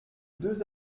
deux